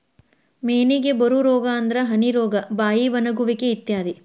ಮೇನಿಗೆ ಬರು ರೋಗಾ ಅಂದ್ರ ಹನಿ ರೋಗಾ, ಬಾಯಿ ಒಣಗುವಿಕೆ ಇತ್ಯಾದಿ